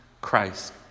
Christ